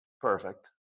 Perfect